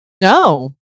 No